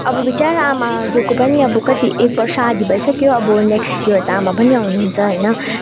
अब विचरा आमा गएको पनि अब कति एक वर्ष आधी भइसक्यो अब नेक्स्ट इयर त आमा पनि आउनुहुन्छ होइन